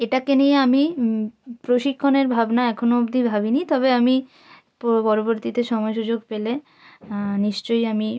এটাকে নিয়ে আমি প্রশিক্ষণের ভাবনা এখনও অবধি ভাবিনি তবে আমি পূর্ব পরবর্তীতে সময় সুযোগ পেলে নিশ্চয়ই আমি